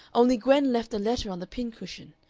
only gwen left a letter on the pincushion.